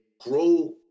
grow